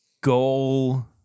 goal